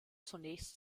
zunächst